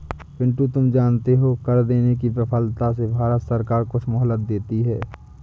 पिंटू तुम जानते हो कर देने की विफलता से भारत सरकार कुछ मोहलत देती है